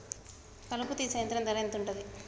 కలుపు తీసే యంత్రం ధర ఎంతుటది?